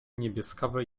niebieskawe